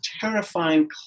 terrifying